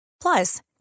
Plus